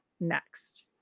next